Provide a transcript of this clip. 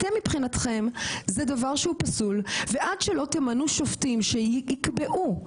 מבחינתכם זה דבר שהוא פסול ועד שלא תמנו שופטים שיקבעו,